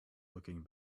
looking